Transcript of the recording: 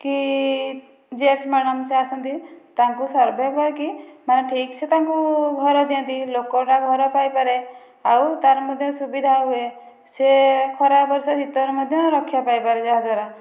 କି J S madam ସେ ଆସନ୍ତି ତାଙ୍କୁ ସର୍ଭେ କରିକି ମାନେ ଠିକ୍ ସେ ତାଙ୍କୁ ଘର ଦିଅନ୍ତି ଲୋକ ଗୁଡ଼ାକ ଘର ପାଇ ପାରେ ଆଉ ତା'ର ମଧ୍ୟ ସୁବିଧା ହୁଏ ସିଏ ଖରା ବର୍ଷାରେ ଶୀତରେ ମଧ୍ୟ ରକ୍ଷା ପାଇପାରେ ଯାହାଦ୍ଵାରା